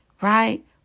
right